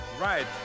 right